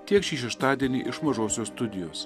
tiek šį šeštadienį iš mažosios studijos